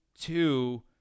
Two